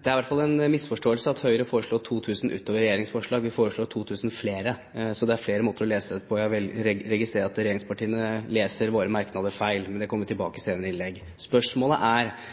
det er i hvert fall en misforståelse at Høyre foreslår 2 000 utover regjeringens forslag. Vi foreslår 2 000 flere, så det er flere måter å lese det på. Jeg registrerer at regjeringspartiene leser våre merknader feil, men det kommer vi tilbake til i senere innlegg.